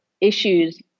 issues